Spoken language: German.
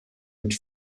mit